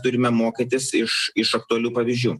turime mokytis iš iš aktualių pavyzdžių